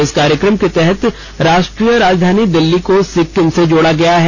इस कार्यक्रम के तहत राष्ट्रीय राजधानी दिल्ली को सिक्किम से जोडा गया है